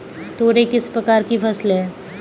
तोरई किस प्रकार की फसल है?